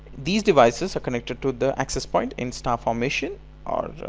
these devices are connected to the access point in star formation or.